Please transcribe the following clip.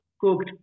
cooked